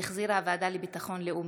שהחזירה הוועדה לביטחון לאומי.